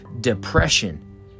depression